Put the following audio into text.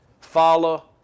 Follow